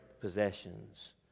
possessions